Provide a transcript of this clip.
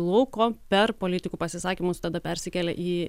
lauko per politikų pasisakymus tada persikėlė į